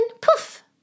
poof